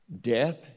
Death